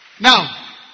Now